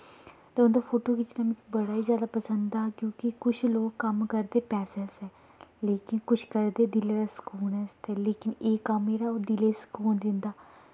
ते उं'दे फोटो खिच्चना मिगी बड़ा ई जादा पसंद हा क्योंकि कुछ लोक कम्म करदे पैसै आस्तै लेकिन कुछ करदे दिलै दे सकून आस्तै लेकिन एह् कम्म जेह्ड़ा ओह् दिलै गी सकून दिंदा